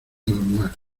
normal